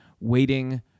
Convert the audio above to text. waiting